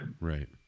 Right